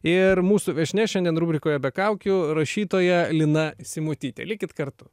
ir mūsų viešnia šiandien rubrikoje be kaukių rašytoja lina simutytė likit kartu